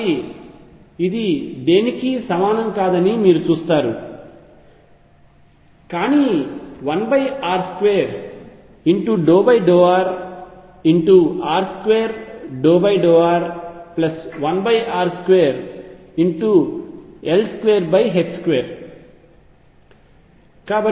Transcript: కాబట్టి ఇది దేనికీ సమానం కాదని మీరు చూస్తారు కానీ1r2∂rr2∂r1r2